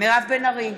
מירב בן ארי,